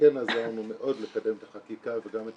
כן עזרנו מאוד לקדם את החקיקה וגם את